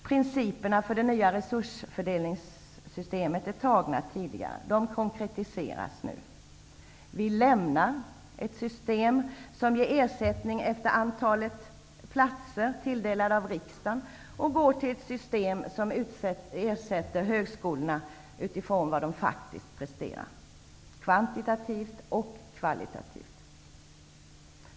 Principerna för det nya resursfördelningssystemet är antagna tidigare. De konkretiseras nu. Vi lämnar ett system som ger ersättning efter antalet platser tilldelade av riksdagen och övergår till ett system som ersätter högskolorna utifrån vad de faktiskt presterar, kvantitativt och kvalitativt.